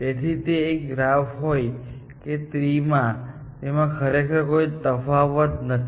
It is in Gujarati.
તેથી તે ગ્રાફ હોય કે ટ્રી તેમાં ખરેખર કોઈ તફાવત નથી